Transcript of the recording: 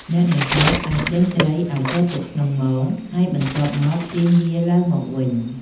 អ្នកនេសាទអាចដេញត្រីឲ្យចូលទៅក្នុងមង ហើយបន្ទាប់មកទាញវាឡើងមកវិញ។